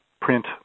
print